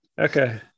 Okay